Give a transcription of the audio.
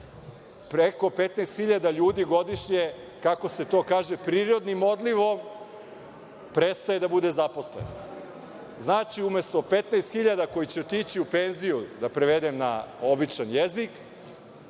preko 15.000 ljudi godišnje, kako se to kaže, prirodnim odlivom prestaje da bude zaposleno. Znači, umesto 15.000 koji će otići u penziju, da prevedem na običan jezik,